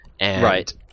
Right